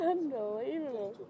Unbelievable